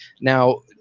Now